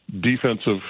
defensive